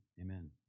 amen